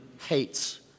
hates